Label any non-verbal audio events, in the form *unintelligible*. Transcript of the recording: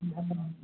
*unintelligible*